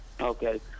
Okay